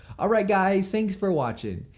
alright guys, thanks for watching.